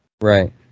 Right